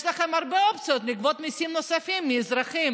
יש לכם הרבה אופציות לגבות מיסים נוספים מאזרחים